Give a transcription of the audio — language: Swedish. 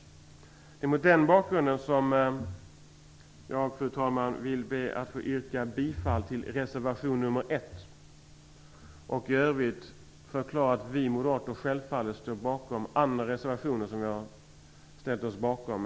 Det är mot den bakgrunden, fru talman, som jag ber att få yrka bifall till reservation nr 1 och i övrigt förklara att vi moderater självfallet står bakom de andra reservationer som vi varit med om att utforma.